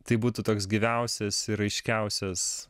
tai būtų toks gyviausias ir aiškiausias